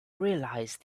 realise